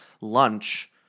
lunch